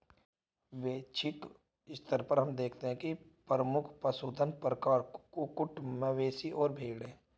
वैश्विक स्तर पर हम देखते हैं कि प्रमुख पशुधन प्रकार कुक्कुट, मवेशी और भेड़ हैं